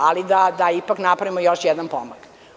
Ali, da ipak napravimo još jedan pomak.